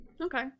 Okay